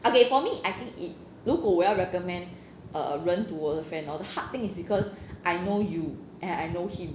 okay for me I think if 如果我要 recommend a 人 to 我的 friend hor the hard thing is because I know you and I know him